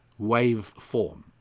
waveform